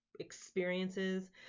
Experiences